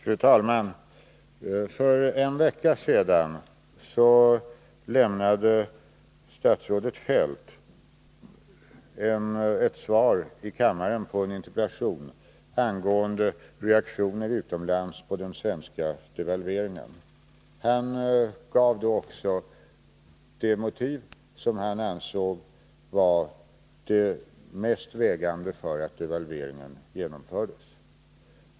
Fru talman! För en vecka sedan lämnade statsrådet Feldt ett svar i kammaren på en interpellation angående reaktionerna utomlands på den svenska devalveringen. Han angav då också de motiv som han ansåg vara mest vägande för devalveringen.